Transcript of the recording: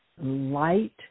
light